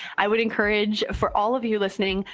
i would encourage for all of you listening,